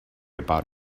about